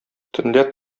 төнлә